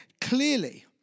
clearly